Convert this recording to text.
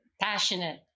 Passionate